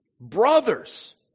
brothers